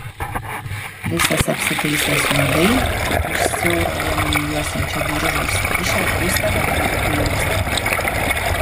visas apsitaisęs juodai už siaurą liemenį juosiančio diržo užsikišęs du serafimų peilius